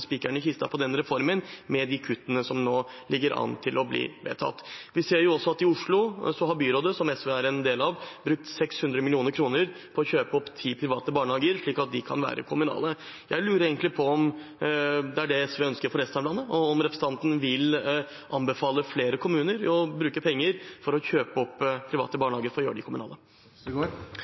kista på den reformen med de kuttene som nå ligger an til å bli vedtatt. Vi ser også at i Oslo har byrådet som SV er en del av, brukt 600 mill. kr på å kjøpe opp ti private barnehager slik at de kan være kommunale. Jeg lurer egentlig på om det er det SV ønsker for resten av landet, og om representanten vil anbefale flere kommuner å bruke penger på å kjøpe opp private barnehager for å gjøre dem kommunale.